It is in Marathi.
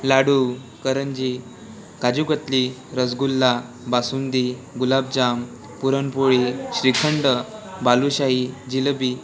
लाडू करंजी काजूकतली रसगुल्ला बासुंदी गुलाबजाम पुरणपोळी श्रीखंड बालुशाही जिलेबी